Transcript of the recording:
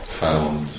found